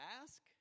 ask